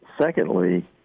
Secondly